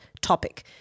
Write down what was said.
topic